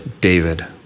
David